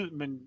men